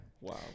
Wow